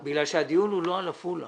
בגלל שהדיון הוא לא על עפולה.